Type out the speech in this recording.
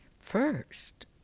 first